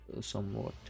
Somewhat